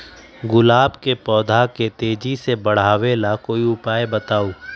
गुलाब के पौधा के तेजी से बढ़ावे ला कोई उपाये बताउ?